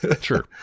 Sure